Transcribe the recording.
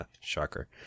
Shocker